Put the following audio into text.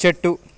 చెట్టు